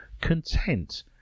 content